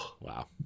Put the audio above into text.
wow